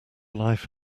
life